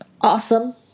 awesome